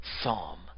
psalm